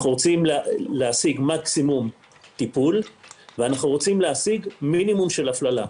רוצים להשיג מקסימום טיפול ומינימום של הפללה.